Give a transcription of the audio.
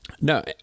No